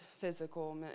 physical